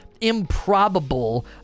improbable